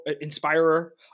inspirer